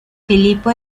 filipo